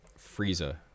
Frieza